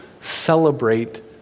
celebrate